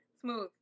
Smooth